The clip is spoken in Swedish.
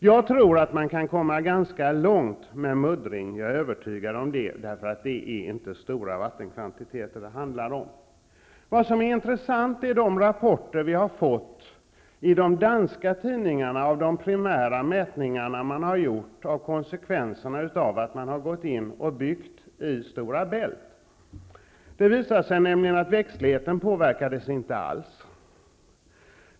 Jag är övertygad om att det går att komma ganska långt med muddring. Det är inte stora vattenkvantiteter det handlar om. Vi har fått intressanta rapporter i de danska tidningarna från de primära mätningar som har gjorts av konsekvenserna av att man bygger i Stora Bält. Det visade sig nämligen att växtligheten inte påverkades alls.